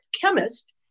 chemist